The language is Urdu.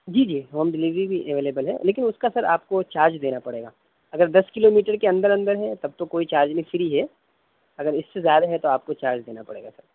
جی جی ہوم ڈیلیوری بھی اویلیبل ہے لیکن اس کا سر آپ کو چارج دینا پڑے گا اگر دس کلو میٹر کے اندر اندر ہے تب تو کوئی چارج نہیں فری ہے اگر اس سے زیادہ ہے تو آپ کو چارج دینا پڑے گا سر